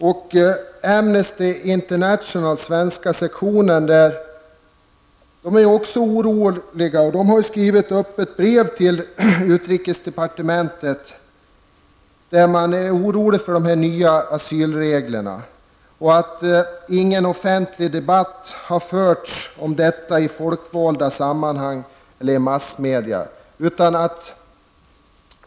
Inom Amnesty International svenska sektionen är man också orolig och har skrivit ett öppet brev till utrikesdepartementet där man uttrycker sin oro för de nya asylreglerna och över att ingen offentlig debatt har förts om detta i folkvalda församlingar eller i massmedia.